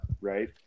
right